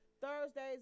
Thursdays